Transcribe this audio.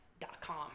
dot-com